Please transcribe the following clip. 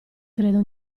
credo